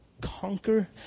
conquer